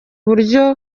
buryo